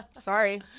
Sorry